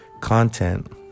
content